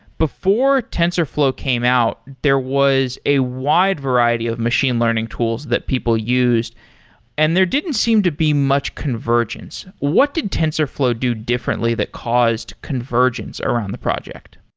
before tensorflow came out, there was a wide variety of machine learning tools that people used and there didn't seem to be much convergence. what did tensorflow do differently that caused convergence around the project?